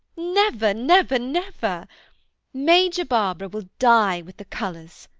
never, never, never major barbara will die with the colors.